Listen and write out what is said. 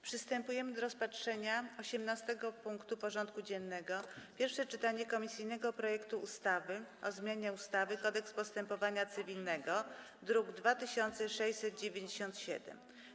Przystępujemy do rozpatrzenia punktu 18. porządku dziennego: Pierwsze czytanie komisyjnego projektu ustawy o zmianie ustawy Kodeks postępowania cywilnego (druk nr 2697)